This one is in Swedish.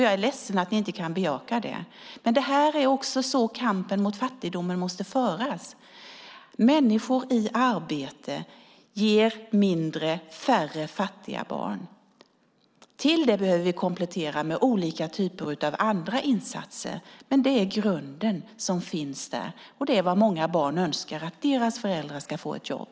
Jag är ledsen att ni inte kan bejaka det. Det är så här kampen mot fattigdomen måste föras. Människor i arbete ger färre fattiga barn. Detta behöver vi komplettera med olika typer av andra insatser. Men det är grunden som finns där, och det är vad många barn önskar: att deras föräldrar ska få ett jobb.